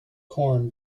corn